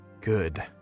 good